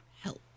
Help